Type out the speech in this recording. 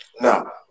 No